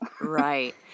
Right